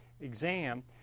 exam